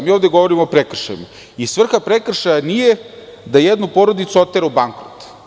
Mi ovde govorimo o prekršajima i svrha prekršaja nije da jednu porodicu otera u bankrot.